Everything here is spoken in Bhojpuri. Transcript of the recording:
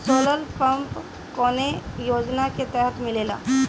सोलर पम्प कौने योजना के तहत मिलेला?